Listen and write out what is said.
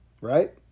right